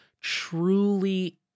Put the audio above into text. truly